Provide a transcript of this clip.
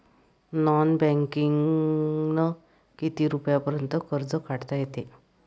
Non बँकिंगनं किती रुपयापर्यंत कर्ज काढता येते?